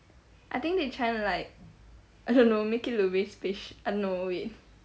I think they trying to like I don't know make it look spac~ I don't know wait